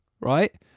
right